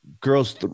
girls